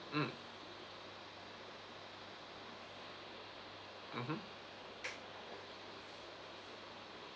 mm mmhmm